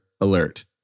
alert